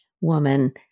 woman